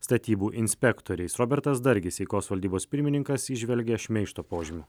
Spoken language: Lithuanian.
statybų inspektoriais robertas dargis eikos valdybos pirmininkas įžvelgia šmeižto požymių